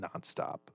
nonstop